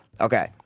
Okay